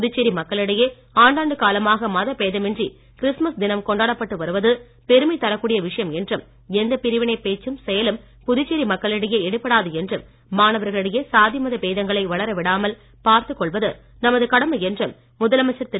புதுச்சேரி மக்களிடையே ஆண்டாண்டு காலமாக மத பேதமின்றி கிறிஸ்துமஸ் தினம் கொண்டாடப்பட்டு வருவது பெருமை தரக்கூடிய விஷயம் என்றும் எந்த பிரிவினை பேச்சும் செயலும் புதுச்சேரி மக்களிடையே எடுபடாது என்றும் மாணவர்களிடையே சாதி மத பேதங்களை வளர விடாமல் பார்த்துக் கொள்வது நமது கடமை என்றும் முதலமைச்சர் திரு